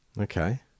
Okay